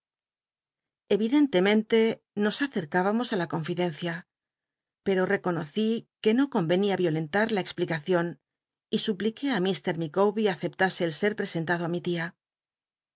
evidentemente nos acccübamos í la confidencia pero reconocí que no convenía violentar la cxplitacion y suplícué á mr ificawhe aceptase el ser pcscntado á mi lia